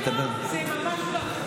אני אומר, מסתבר, אגו זה ממש לא התחום שלי.